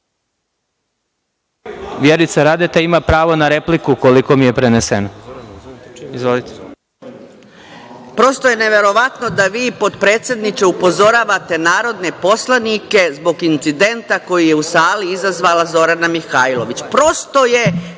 vam. Vjerica Radeta ima pravo na repliku, koliko mi je preneseno. Izvolite. **Vjerica Radeta** Prosto je neverovatno da vi, potpredsedniče, upozoravate narodne poslanike zbog incidenta koji je u sali izazvala Zorana Mihajlović. Prosto je